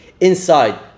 inside